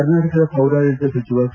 ಕರ್ನಾಟಕದ ಪೌರಾಡಳಿತ ಸಚಿವ ಸಿ